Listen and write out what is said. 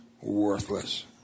worthless